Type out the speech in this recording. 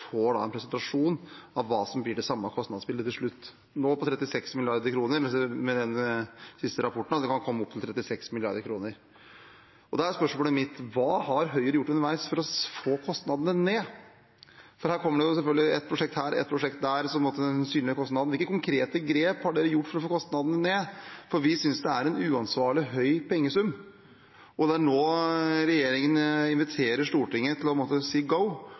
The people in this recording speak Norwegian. får en presentasjon av hva som blir det samlede kostnadsbildet til slutt – ifølge nye rapporter kan det komme opp i 36 mrd. kr. Da er spørsmålet mitt: Hva har Høyre gjort underveis for å få kostnadene ned? Her kommer det selvfølgelig et prosjekt her og et prosjekt der, som synliggjør kostnadene. Hvilke konkrete grep har man tatt for å få kostnadene ned? Vi synes det er en uansvarlig høy pengesum – det er nå regjeringen inviterer Stortinget til å si